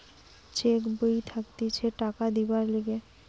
check বই থাকতিছে টাকা দিবার লিগে